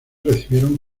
recibieron